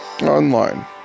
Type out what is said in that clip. online